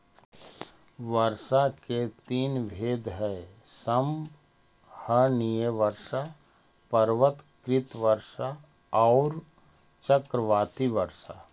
वर्षा के तीन भेद हई संवहनीय वर्षा, पर्वतकृत वर्षा औउर चक्रवाती वर्षा